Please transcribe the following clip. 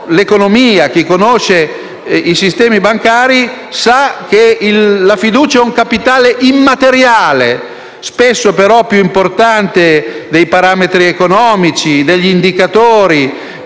l'economia e i sistemi bancari sa che la fiducia è un capitale immateriale, spesso però più importante dei parametri economici e degli indicatori